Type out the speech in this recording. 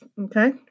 Okay